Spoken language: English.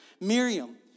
Miriam